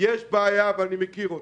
יש בעיה, אני מכיר אותה,